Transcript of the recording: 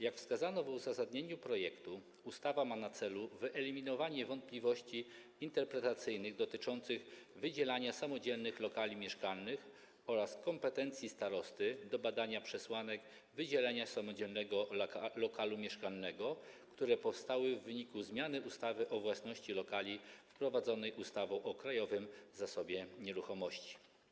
Jak wskazano w uzasadnieniu projektu, ustawa ma na celu wyeliminowanie wątpliwości interpretacyjnych dotyczących wydzielania samodzielnych lokali mieszkalnych oraz kompetencji starosty do badania przesłanek wydzielenia samodzielnego lokalu mieszkalnego, które powstały w wyniku zmiany ustawy o własności lokali wprowadzonej ustawą o Krajowym Zasobie Nieruchomości.